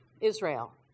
Israel